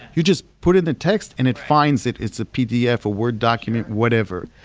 you just put in a text and it finds it, it's a pdf or word document, whatever.